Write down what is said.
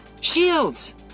Shields